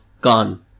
gone